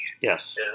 Yes